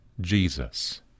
Jesus